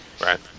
right